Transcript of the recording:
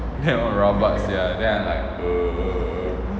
ya rabak sia then I like err